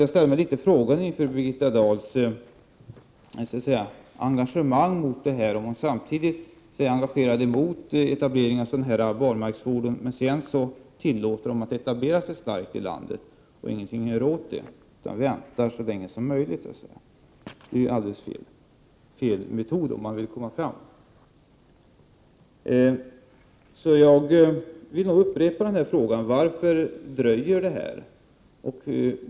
Jag ställer mig litet frågande inför Birgitta Dahls engagemang, att först engagera sig mot etableringen av barmarksfordon men sedan tillåta dem att etablera sig starkt i landet och inte göra någonting åt det hela utan vänta så länge som möjligt. Det är helt fel metod om man vill komma fram till något. Jag vill därför upprepa frågan: Varför dröjer det?